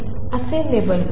असे लेबल करीन